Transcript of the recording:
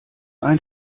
ein